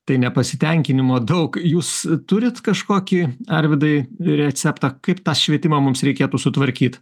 tai nepasitenkinimo daug jūs turit kažkokį arvydai receptą kaip tą švietimą mums reikėtų sutvarkyt